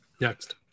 Next